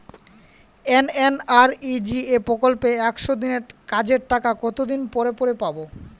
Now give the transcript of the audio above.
MNREGA প্রকল্পে একশ দিনের কাজের টাকা কতদিন পরে পরে পাব?